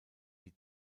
die